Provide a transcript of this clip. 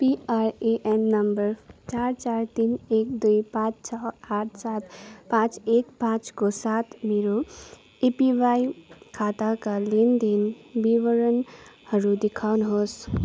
PRAN नम्बर चार चार तिन एक दुई पाचँ छ आठ सात पाचँ एक पाचँको साथ मेरो एपिवाई खाताका लेनदेन विवरणहरू देखाउनुहोस्